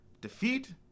defeat